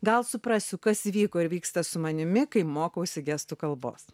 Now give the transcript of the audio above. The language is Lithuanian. gal suprasiu kas įvyko ir vyksta su manimi kai mokausi gestų kalbos